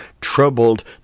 troubled